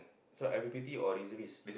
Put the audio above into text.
so I_P_P_T or reservist